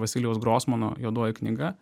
vasilijaus grosmano juodoji knyga